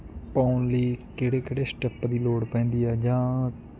ਪਾਉਣ ਲਈ ਕਿਹੜੇ ਕਿਹੜੇ ਸਟੈਪ ਦੀ ਲੋੜ ਪੈਂਦੀ ਹੈ ਜਾਂ